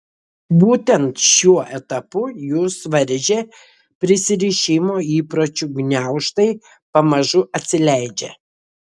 būtent šiuo etapu jus varžę prisirišimo įpročių gniaužtai pamažu atsileidžia